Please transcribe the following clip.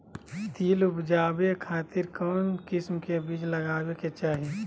तिल उबजाबे खातिर कौन किस्म के बीज लगावे के चाही?